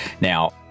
now